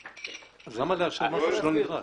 אז למה לאשר משהו שלא נדרש?